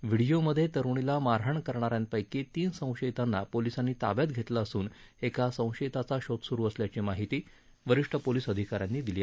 व्हिडिओमध्ये तरुणीला मारहाण करणाऱ्यांपैकी चार संशयितांना पोलिसांनी ताब्यात घेतलं असून एका संशयिताचा शोध सुरू असल्याची माहिती वरिष्ठ पोलीस अधिकाऱ्यांनी दिली